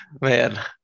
man